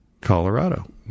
Colorado